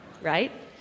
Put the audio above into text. right